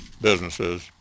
businesses